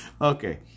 Okay